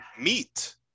meet